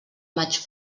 maig